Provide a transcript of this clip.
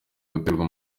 guterwa